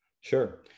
Sure